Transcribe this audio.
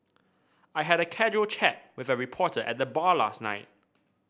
I had a casual chat with a reporter at the bar last night